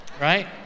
Right